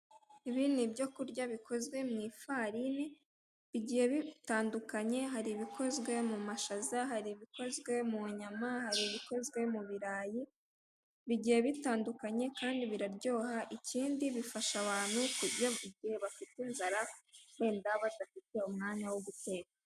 Ibi ni ibyo kurya bikozwe mu ifarini, bigiye bitandukanye hari ibikozwe mu mashaza, hari ibikozwe mu nyama, hari ibikozwe mu birayi, bigiye bitandukanye kandi biraryoha kandi bifasha abantu kuburyo iyo bafite inzara wenda badafite umwanya wo guteka.